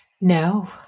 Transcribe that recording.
No